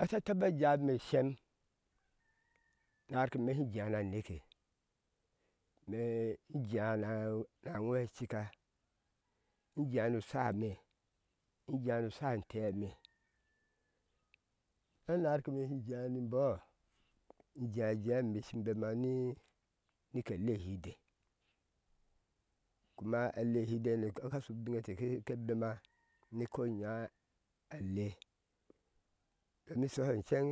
Ata taba jauye shem nabarke ame shijea na neke me ijea ɛna na ŋweŋsha shika injea nu shahme in jea nu shah teeme ma nabake me shi jea ni bɔɔ ije jea ameshi bɛma nike lehiide kuma a lehiide no aka shu biŋte bɛma ni kɔnya nya aleh domin shɔhɔ cheŋ